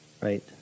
Right